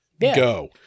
Go